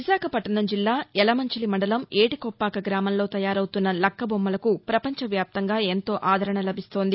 విశాఖపట్లణం జిల్లా యలమంచిలి మండలం ఏటికొప్పాక గామంలో తయారవుతున్న లక్క బొమ్మలకు పపంచవ్యాప్తంగా ఎంతో ఆదరణ లభిస్తోంది